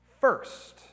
first